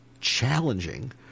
challenging